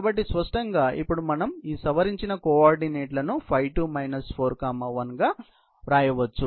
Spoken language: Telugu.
కాబట్టి స్పష్టంగా ఇప్పుడు మనం ఈ సవరించిన కోఆర్డినేట్లను 5 2 4 1 గా వ్రాయవచ్చు